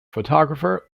photographer